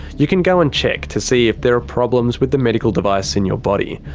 you can go and check to see if there are problems with the medical device in your body.